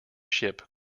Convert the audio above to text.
ship